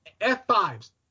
F-fives